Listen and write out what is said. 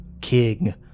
king